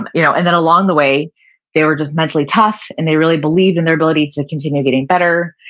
and you know and then along the way they were just mentally tough and they really believed in their abilities to continue getting better.